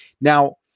Now